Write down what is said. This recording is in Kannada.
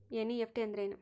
ಎನ್.ಇ.ಎಫ್.ಟಿ ಅಂದ್ರೆನು?